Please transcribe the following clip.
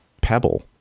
Pebble